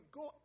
go